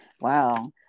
Wow